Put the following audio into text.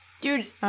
Dude